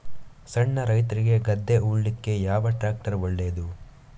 ಸಣ್ಣ ರೈತ್ರಿಗೆ ಗದ್ದೆ ಉಳ್ಳಿಕೆ ಯಾವ ಟ್ರ್ಯಾಕ್ಟರ್ ಒಳ್ಳೆದು?